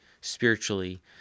spiritually